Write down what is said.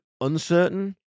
uncertain